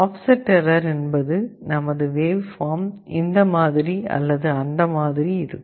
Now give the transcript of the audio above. offset error என்பது நமது waveform இந்த மாதிரி அல்லது அந்த மாதிரி இருக்கும்